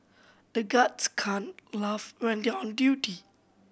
the guards can't laugh when they are on duty